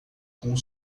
com